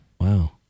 Wow